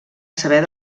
saber